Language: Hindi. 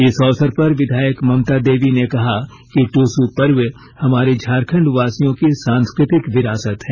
इस अवसर पर विधायक ममता देवी ने कहा कि ट्सू पर्व हमारे झारखंड वासियों की सांस्कृतिक विरासत है